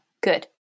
good